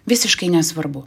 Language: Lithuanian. visiškai nesvarbu